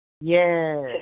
Yes